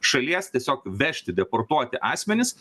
šalies tiesiog vežti deportuoti asmenis